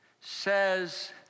says